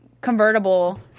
convertible